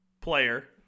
player